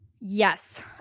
Yes